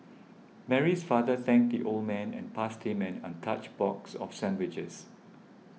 Mary's father thanked the old man and passed him an untouched box of sandwiches